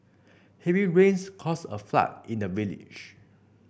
heavy rains caused a flood in the village